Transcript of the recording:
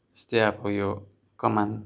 यस्तै अब यो कमान